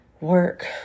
work